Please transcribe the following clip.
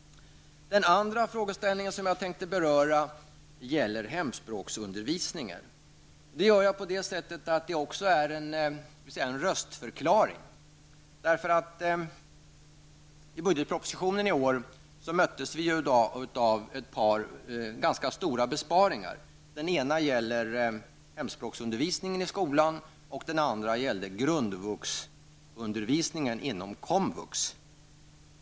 Den andra frågeställning jag tänker beröra gäller hemspråksundervisningen, och det kommer jag att göra på så sätt att det också utgör en röstförklaring. I årets budgetproposition möttes vi av ett par ganska stora besparingar. Den ena gällde hemspråksundervisningen i skolan och den andra grundvuxundervisningen inom Komvux.